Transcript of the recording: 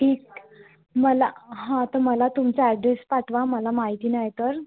ठीक मला हां तर मला तुमचा ॲड्रेस पाठवा मला माहिती नाही तर